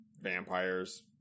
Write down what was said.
vampires